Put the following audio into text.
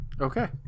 Okay